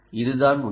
இது தான் உண்மை